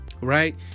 right